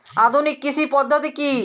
আধুনিক কৃষি পদ্ধতি কী?